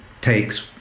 takes